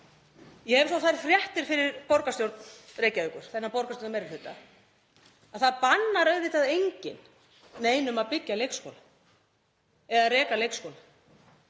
Ég hef þó þær fréttir fyrir borgarstjórn Reykjavíkur, þennan borgarstjórnarmeirihluta, að það bannar auðvitað enginn neinum að byggja leikskóla eða reka leikskóla.